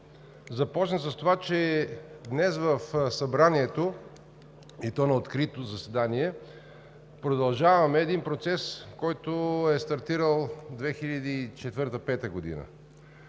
започна с това, че днес в Събранието, и то на открито заседание, продължаваме един процес, който е стартирал 2004 – 2005 г.